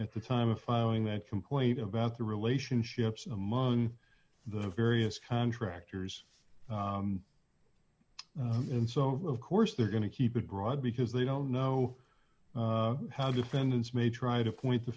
at the time of filing that complaint about the relationships among the various contractors and so of course they're going to keep it broad because they don't know how defendants may try to point the